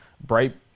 bright